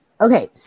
Okay